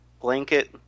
blanket